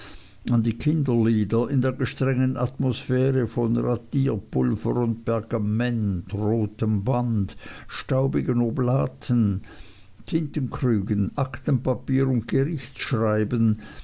an die kinderlieder in der gestrengen atmosphäre von radierpulver und pergament rotem band staubigen oblaten tintenkrügen aktenpapier und